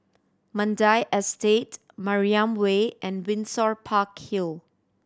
Mandai Estate Mariam Way and Windsor Park Hill